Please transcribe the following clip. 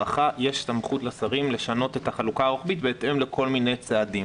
יש סמכות לשרים לשנות את החלוקה בהתאם לכל מיני צעדים.